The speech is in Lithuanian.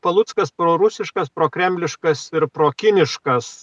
paluckas prorusiškas prokremliškas ir prokiniškas